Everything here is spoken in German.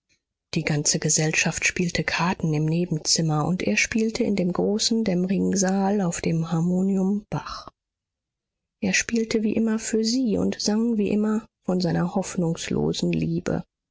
die ganze gesellschaft spielte karten im nebenzimmer und er spielte in dem großen dämmrigen saal auf dem harmonium bach er spielte wie immer für sie und sang wie immer von seiner hoffnungslosen liebe